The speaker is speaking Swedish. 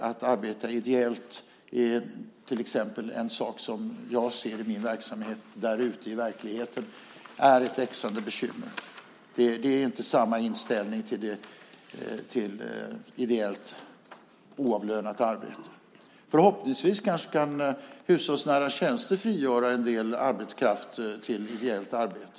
Att arbeta ideellt är till exempel en sak som jag ser i min verksamhet där ute i verkligheten är ett växande bekymmer. Det är inte samma inställning till ideellt oavlönat arbete. Förhoppningsvis kan hushållsnära tjänster frigöra en del arbetskraft till ideellt arbete.